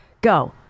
Go